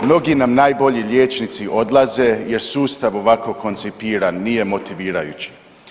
Mnogi nam najbolji liječnici odlaze jer sustav ovako koncipiran nije motivirajući.